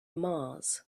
mars